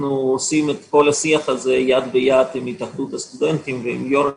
עושים את כל השיח הזה יד ביד עם התאחדות הסטודנטים ועם יושב-ראש